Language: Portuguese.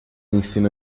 ensina